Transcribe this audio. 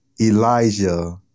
Elijah